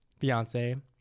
Beyonce